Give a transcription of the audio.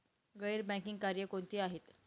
गैर बँकिंग कार्य कोणती आहेत?